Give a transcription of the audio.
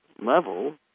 level